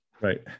Right